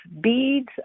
beads